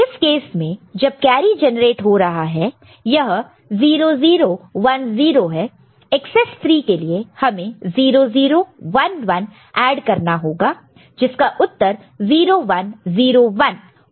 इस केस में जब कैरी जेनरेट हो रहा है यह 0010 है एकसेस 3 के लिए हमें 0011 ऐड करना होगा जिसका उत्तर 0101 होगा